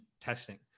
testing